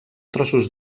trossos